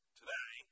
today